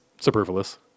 superfluous